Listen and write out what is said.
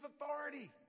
authority